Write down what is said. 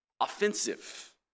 offensive